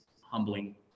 humbling